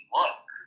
work